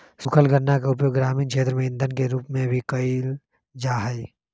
सूखल गन्ना के उपयोग ग्रामीण क्षेत्र में इंधन के रूप में भी कइल जाहई